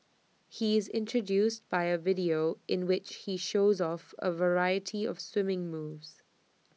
he is introduced by A video in which he shows off A variety of swimming moves